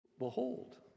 behold